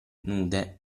nude